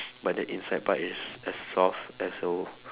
but the inside part is soft and so